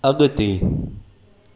अगि॒ते